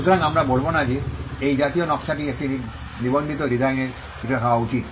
সুতরাং আমরা বলব না যে এই জাতীয় নকশাটি একটি নিবন্ধিত ডিজাইনের বিষয় হওয়া উচিত